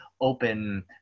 open